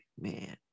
man